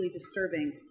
disturbing